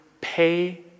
pay